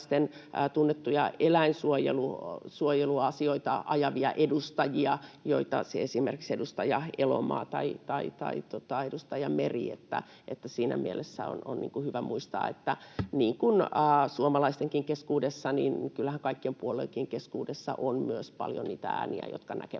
tunnettuja eläinsuojelusuojeluasioita ajavia edustajia, joita olisivat esimerkiksi edustaja Elomaa tai edustaja Meri. Siinä mielessä on hyvä muistaa, että niin kuin suomalaisten keskuudessa muutenkin, kyllähän kaikkien puolueiden keskuudessa on myös paljon niitä ääniä, jotka näkevät